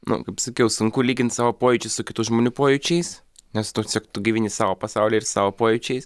nu kaip sakiau sunku lygint savo pojūčius su kitų žmonių pojūčiais nes tu tu gyveni savo pasaulyje ir savo pojūčiais